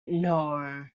know